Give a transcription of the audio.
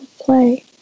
play